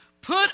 Put